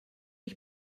ich